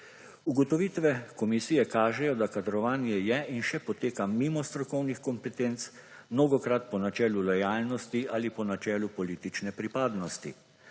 Ugotovitve komisije kažejo, da kadrovanje je in še poteka mimo strokovnih kompetenc, mnogokrat po načelu lojalnosti ali po načelu politične pripadnosti.